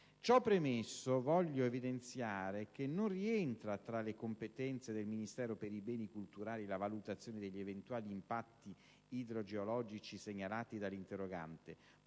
Ciò premesso, voglio evidenziare che non rientra tra le competenze del Ministero dei beni culturali la valutazione degli eventuali impatti idrogeologici segnalati dall'interrogante,